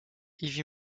heavy